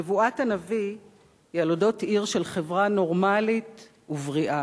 נבואת הנביא היא על אודות עיר של חברה נורמלית ובריאה,